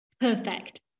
perfect